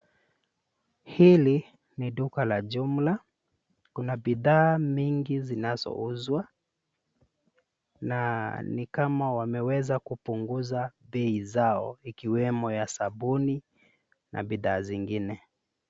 Hili ni duka la jumla, kuna bidhaa mingi zinazouzwa na ni kama wameweza kupunguza bei zao ikiwemo ya sabuni na bidhaa zingine.